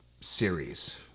series